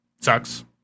sucks